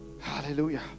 hallelujah